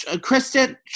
Kristen